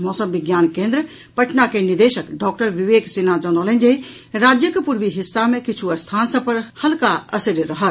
मौसम विज्ञान केन्द्र पटना के निदेशक डॉक्टर विवेक सिन्हा जनौलनि जे राज्यक पूर्वी हिस्सा मे किछु स्थान सभ पर हल्का असरि रहत